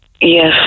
Yes